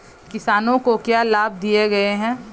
किसानों को क्या लाभ दिए गए हैं?